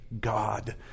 God